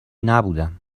نبودم